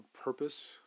purpose